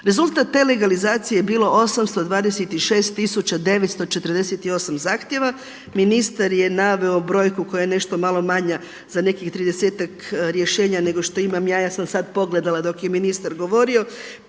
Rezultat te legalizacije je bilo 826 tisuća 948 zahtjeva, ministar je naveo brojku koja je nešto malo manja za nekih tridesetak rješenja nego što imam ja. Ja sam sad pogledala dok je ministar govorio.